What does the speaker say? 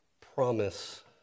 promise